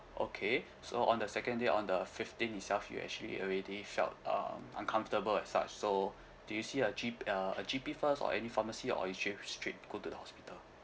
okay so on the second day on the fifteenth itself you actually already felt um uncomfortable and such so did you see a G~ uh a G_P first or any pharmacy or you just straight go to the hospital